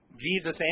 Jesus